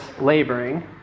laboring